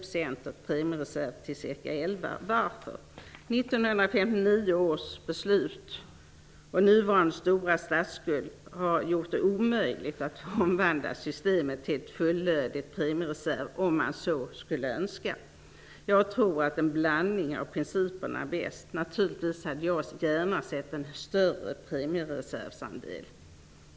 Jo, 1959 års beslut och nuvarande stora statsskuld har gjort det omöjligt att omvandla systemet till ett fullödigt premiereservsystem, om man så skulle önska. Jag tror att en blandning av principerna är bäst. Naturligtvis hade jag gärna sett en större premiereservsandel.